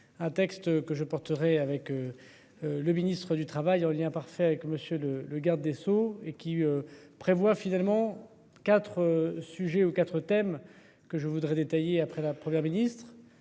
un texte que je porterai avec. Le ministre du Travail en lien parfait avec Monsieur le le garde des Sceaux et qui prévoit finalement 4 sujets ou 4 thèmes que je voudrais détaillé après la Première ministre